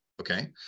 Okay